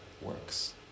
works